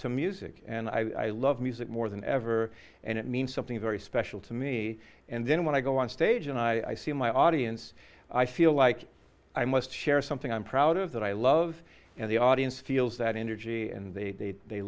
to music and i love music more than ever and it means something very special to me and then when i go on stage and i see my audience i feel like i must share something i'm proud of that i love and the audience feels that energy and they they